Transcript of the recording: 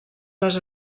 les